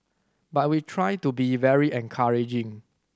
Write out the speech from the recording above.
but we try to be very encouraging